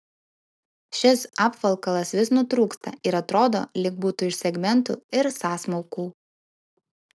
šis apvalkalas vis nutrūksta ir atrodo lyg būtų iš segmentų ir sąsmaukų